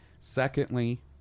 Secondly